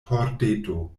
pordeto